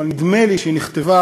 אבל נדמה לי שהיא נכתבה